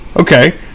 Okay